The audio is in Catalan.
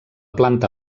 planta